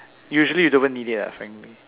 usually you don't even need it lah frankly